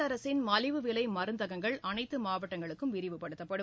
மத்திய அரசின் மலிவுவிலை மருந்தகங்கள் அனைத்து மாவட்டங்களுக்கும் விரிவுபடுத்தப்படும்